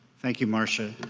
thank you marcia.